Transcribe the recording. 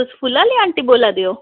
तुस फुल्ल आह्ले आंटी बोल्ला दे ओ